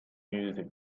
music